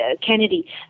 Kennedy